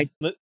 Let